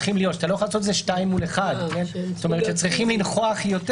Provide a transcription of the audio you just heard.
אתה לא יכול לעשות את זה 2 מול 1. צריכים לנכוח יותר